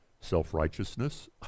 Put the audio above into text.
Self-righteousness